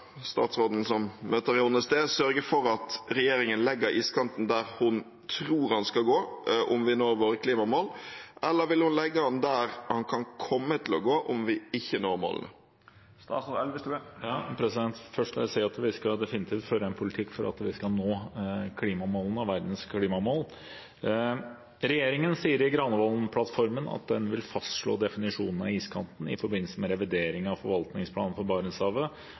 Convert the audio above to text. for at regjeringen legger iskanten der hun tror den skal gå om vi når våre klimamål, eller vil hun legge den der den kan komme til å gå om vi ikke når målene?» Først vil jeg si at vi definitivt skal føre en politikk for at vi skal nå klimamålene, verdens klimamål. Regjeringen sier i Granavolden-plattformen at den vil fastslå definisjonen av iskanten i forbindelse med revideringen av forvaltningsplanen for Barentshavet